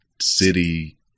city